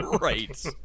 Right